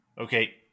okay